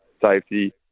safety